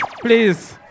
please